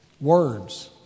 words